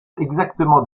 exactement